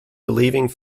relieving